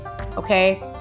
okay